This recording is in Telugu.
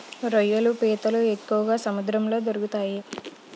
రొయ్యలు పీతలు ఎక్కువగా సముద్రంలో దొరుకుతాయి